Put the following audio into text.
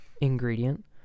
ingredient